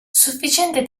sufficiente